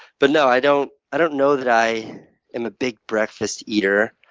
but no i don't i don't know that i am a big breakfast eater.